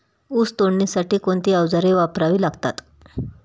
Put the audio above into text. ऊस तोडणीसाठी कोणती अवजारे वापरावी लागतात?